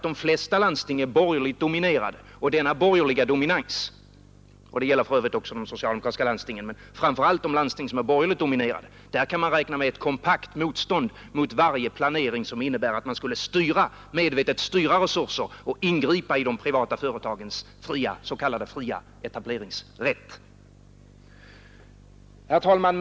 De flesta landsting är nämligen borgerligt dominerade, och i denna borgerliga dominans — det gäller för övrigt också landsting med en socialdemokratisk majoritet men framför allt sådana med en borgerlig majoritet — kan man räkna med ett kompakt motstånd mot varje planering som innebär att man medvetet skulle styra resurser och ingripa i de privata företagens s.k. fria etableringsrätt. Herr talman!